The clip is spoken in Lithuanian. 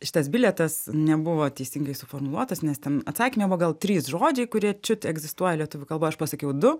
šitas bilietas nebuvo teisingai suformuluotas nes ten atsakyme buvo gal trys žodžiai kurie čiut egzistuoja lietuvių kalboj aš pasakiau du